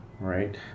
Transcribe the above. right